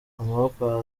amaboko